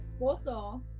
esposo